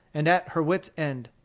and at her wits' end.